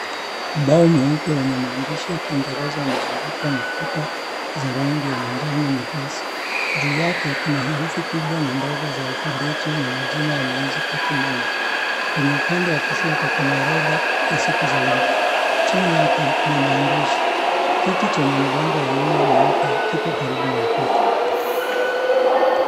Ubao mweupe wenye maandishi ya kiingereza umezungukwa na ukuta za rangi ya manjano nyepesi , juu yake kuna herufi kubwa na ndogo za alfabeti na majina ya miezi kwa kimombo. Kwenye upande wa kushoto kuna orodha ya siku za wiki chini yake kuna maandishi kiti chenye mgongo wa nyuma mweupe kipo karibu na ukuta.